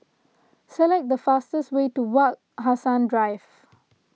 select the fastest way to Wak Hassan Drive